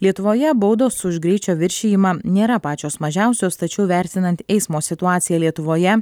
lietuvoje baudos už greičio viršijimą nėra pačios mažiausios tačiau vertinant eismo situaciją lietuvoje